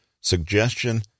suggestion